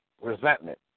resentment